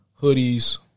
Hoodies